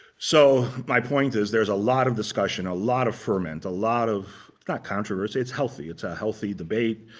so my point is there's a lot of discussion, a lot of ferment, a lot of it's not controversy. it's healthy. it's a healthy debate.